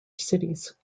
cities